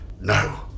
no